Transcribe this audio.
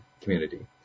community